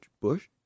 Bush